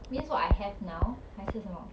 means what I have now 还是什么